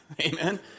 Amen